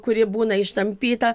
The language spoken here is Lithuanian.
kuri būna ištampyta